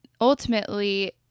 ultimately